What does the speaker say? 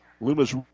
Loomis